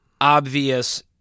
obvious